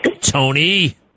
tony